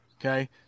Okay